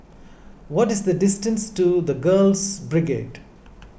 what is the distance to the Girls Brigade